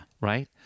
Right